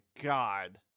God